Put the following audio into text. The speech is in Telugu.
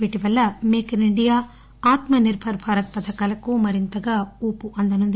వీటి వల్ల make in India Atmanirbhar Bharat పథకాలకు మరింతగా ఊపు అందనుంది